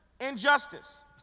injustice